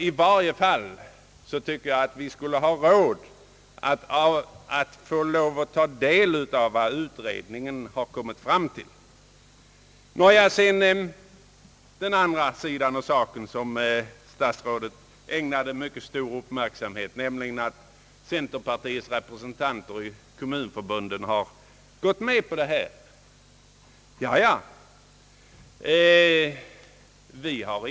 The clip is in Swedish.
I varje fall tycker jag vi borde ha rådrum att få ta del av vad utredningen kommit fram till. Statsrådet Palme ägnade mycket stor uppmärksamhet åt en annan sida av saken, nämligen att centerpartiets representanter i Kommunförbundet gått med på det föreliggande förslaget.